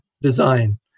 design